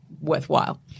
worthwhile